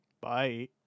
bye